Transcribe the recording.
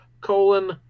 colon